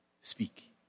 speak